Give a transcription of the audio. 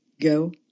go